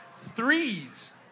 Threes